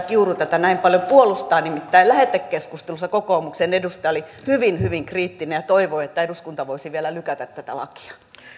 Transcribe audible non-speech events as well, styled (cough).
(unintelligible) kiuru tätä näin paljon puolustaa nimittäin lähetekeskustelussa kokoomuksen edustaja oli hyvin hyvin kriittinen ja toivoi että eduskunta voisi vielä lykätä tätä lakia